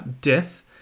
death